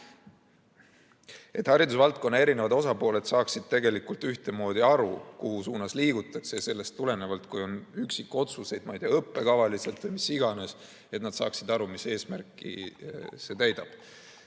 et haridusvaldkonna osapooled saaksid ühtemoodi aru, kuhu suunas liigutakse, ja sellest tulenevalt, kui on üksikotsuseid, ma ei tea, õppekava kohta või mis iganes, siis nad saaksid aru, mis eesmärki need täidavad.